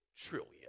trillion